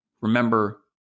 Remember